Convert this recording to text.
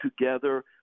together